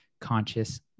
conscious